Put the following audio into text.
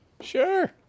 Sure